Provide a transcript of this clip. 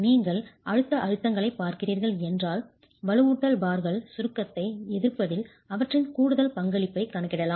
நீங்கள் அழுத்த அழுத்தங்களைப் பார்க்கிறீர்கள் என்றால் வலுவூட்டல் பார்கள் சுருக்கத்தை எதிர்ப்பதில் அவற்றின் கூடுதல் பங்களிப்பைக் கணக்கிடலாம்